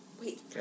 Wait